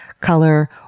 color